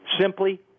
simply